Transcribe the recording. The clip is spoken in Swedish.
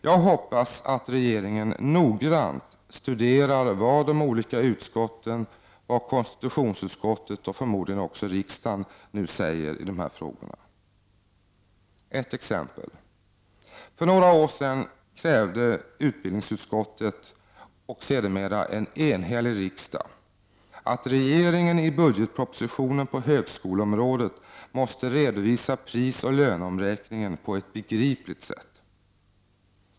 Jag hoppas att regeringen noggrant studerar vad konstitutionsutskottet och de övriga utskotten samt förmodligen nu också riksdagen i dess helhet uttalar i dessa frågor. Låt mig ge ett exempel. För några år sedan krävde utbildningsutskottet och sedermera en enhällig riksdag att regeringen i budgetpropositionen på högskoleområdet skulle redovisa prisoch löneomräkningen på ett begripligt sätt.